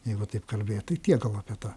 jeigu taip kalbėt tai tiek gal apie tą